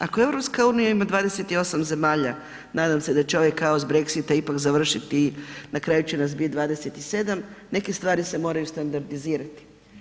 Ako EU ima 28 zemalja, nadam se da će ovaj kaos Brexita ipak završiti i na kraju će nas bit 27, neke stvari se moraju standardizirati.